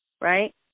right